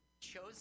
chosen